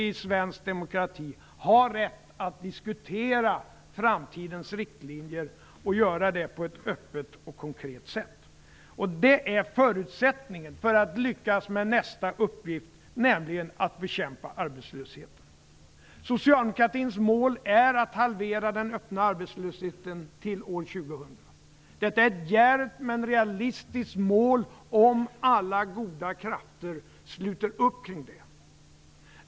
I svensk demokrati måste vi ha rätt att diskutera framtidens riktlinjer på ett öppet och konkret sätt. Det är förutsättningen för att lyckas med nästa uppgift, nämligen att bekämpa arbetslösheten. Socialdemokratins mål är att halvera den öppna arbetslösheten till år 2000. Detta är ett djärvt men realistiskt mål om alla goda krafter sluter upp kring det.